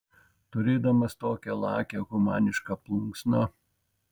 turėdamas tokią lakią humanišką plunksną